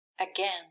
Again